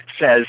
says